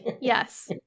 Yes